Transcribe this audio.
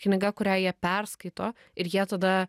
knyga kurią jie perskaito ir jie tada